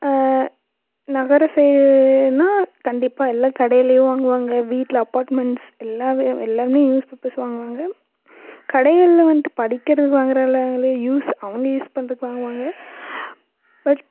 நகரம் சைடுனால் கண்டிப்பாக எல்லா கடையிலையும் வாங்குவாங்க வீட்டில் அப்பார்ட்மென்ட்ஸ் எல்லாவே எல்லோருமே நியூஸ் பேப்பர்ஸ் வாங்குவாங்க கடைகளில் வந்துட்டு படிக்கிறதுக்கு வாங்குறாங்களோ இல்லையோ யூஸ் அவங்க யூஸ் பண்ணுறதுக்கு வாங்குவாங்க பட்